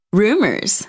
rumors